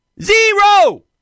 zero